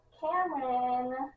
Cameron